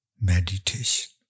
meditation